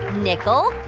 nickel,